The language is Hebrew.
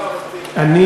שנה.